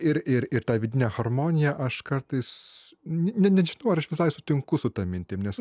ir ir ir tą vidinę harmoniją aš kartais ne nežinau ar aš visai sutinku su ta mintim nes